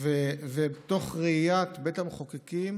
ותוך ראיית בית המחוקקים